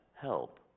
help